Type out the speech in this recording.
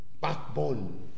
backbone